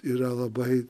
yra labai